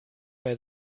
bei